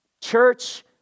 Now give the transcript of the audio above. church